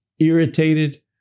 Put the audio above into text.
irritated